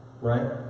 right